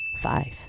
five